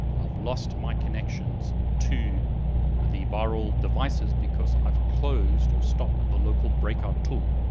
i've lost my connections to the virl devices, because i've closed or stopped the local breakout tool.